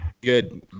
good